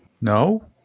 No